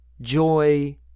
joy